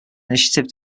initiative